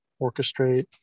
orchestrate